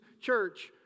church